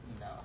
No